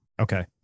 Okay